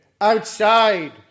outside